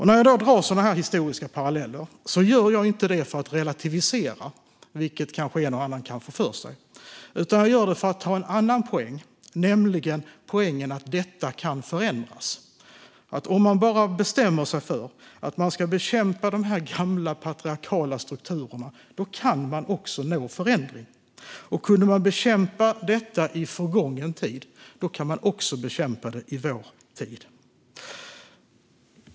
När jag drar sådana historiska paralleller gör jag det inte för att relativisera, vilket en och annan kan få för sig, utan jag gör det för att ta en annan poäng, nämligen att detta kan förändras. Om man bara bestämmer sig för att man ska bekämpa de gamla patriarkala strukturerna kan man också nå förändring. Kunde man bekämpa detta i förgången tid kan man också bekämpa det i vår tid.